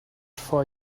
for